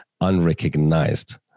unrecognized